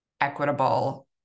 equitable